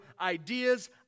ideas